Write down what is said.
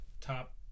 top